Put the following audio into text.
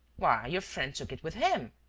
why, your friend took it with him.